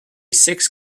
six